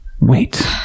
wait